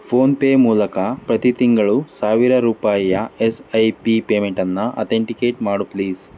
PhonePe ಮೂಲಕ ಪ್ರತಿ ತಿಂಗಳು ಸಾವಿರ ರೂಪಾಯಿಯ ಎಸ್ ಐ ಪಿ ಪೇಮೆಂಟನ್ನು ಅಥೆಂಟಿಕೇಟ್ ಮಾಡು ಪ್ಲೀಸ್